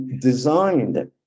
designed